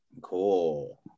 Cool